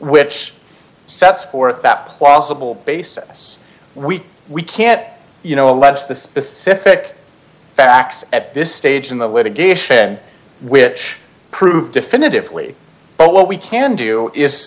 which sets forth that plausible basis we we can't you know allege the specific facts at this stage in the litigation which proved definitively but what we can do is